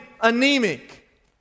anemic